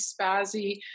spazzy